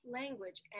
language